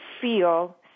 feel